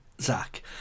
Zach